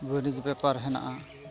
ᱵᱟᱹᱱᱤᱡᱽ ᱵᱮᱯᱟᱨ ᱦᱮᱱᱟᱜᱼᱟ